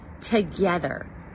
Together